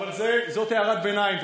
אבל זאת הערת ביניים.